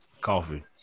Coffee